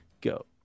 go